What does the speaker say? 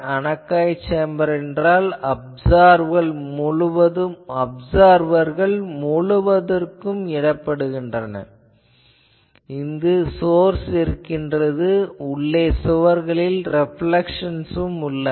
அனக்காய் சேம்பர்கள் என்றால் அப்சார்பர்கள் முழுவதற்கும் இடப்படுகின்றன இங்கு சோர்ஸ் உள்ளது உள்ளே சுவர்களில் இருந்து ரேப்லேக்சன்ஸ் உள்ளன